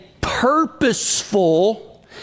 purposeful